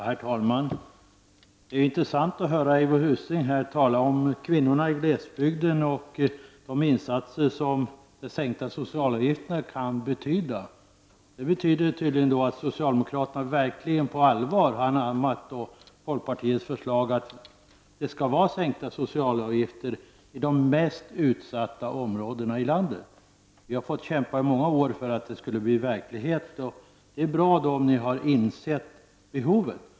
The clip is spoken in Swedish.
Herr talman! Det är intressant att höra Eivor Husing tala om kvinnorna i glesbygden och vad sänkta socialavgifter kan betyda. Detta innebär att socialdemokraterna på allvar anammat folkpartiets förslag att sänka socialavgifterna i de mest utsatta områdena i landet. Vi har fått kämpa i många år för att detta skulle bli verklighet. Det är bra om ni nu insett behovet.